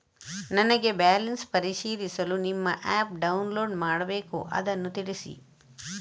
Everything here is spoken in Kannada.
ನನಗೆ ಬ್ಯಾಲೆನ್ಸ್ ಪರಿಶೀಲಿಸಲು ನಿಮ್ಮ ಆ್ಯಪ್ ಡೌನ್ಲೋಡ್ ಮಾಡಬೇಕು ಅದನ್ನು ತಿಳಿಸಿ?